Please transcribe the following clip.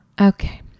okay